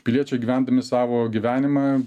piliečiai gyvendami savo gyvenimą